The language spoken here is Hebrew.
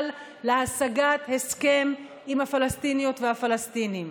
להשגת הסכם עם הפלסטיניות והפלסטינים.